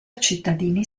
cittadini